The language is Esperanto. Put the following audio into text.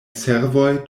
servoj